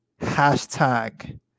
hashtag